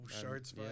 shards